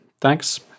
Thanks